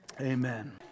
Amen